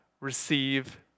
receive